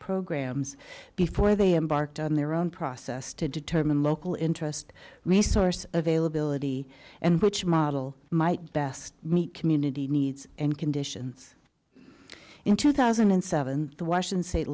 programs before they embarked on their own process to determine local interest resource availability and which model might best meet community needs and conditions in two thousand and seven the washington state